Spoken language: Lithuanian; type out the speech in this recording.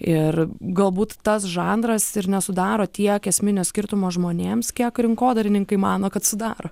ir galbūt tas žanras ir nesudaro tiek esminio skirtumo žmonėms kiek rinkodarininkai mano kad sudaro